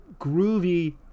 groovy